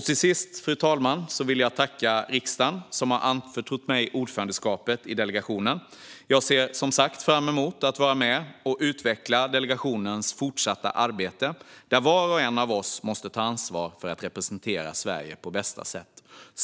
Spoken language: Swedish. Till sist, fru talman, vill jag tacka riksdagen, som har anförtrott mig ordförandeskapet i delegationen. Jag ser som sagt fram emot att vara med och utveckla delegationens fortsatta arbete, där var och en av oss måste ta ansvar för att representera Sverige på bästa sätt.